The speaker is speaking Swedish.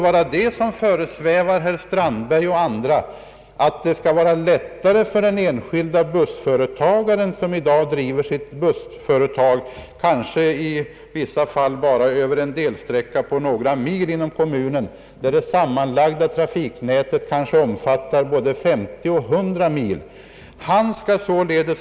Vad som föresvävar herr Strandberg och en del andra måste vara att det skulle vara lättare att göra den bedömningen för den enskilde företagaren som driver ett bussföretag, kanske i vissa fall bara över en delsträcka på några mil inom kommunen, där det sammanlagda trafiknätet kan omfatta både 50 och 100 mil.